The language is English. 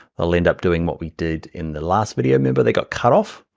it'll end up doing what we did in the last video, remember they got cut off?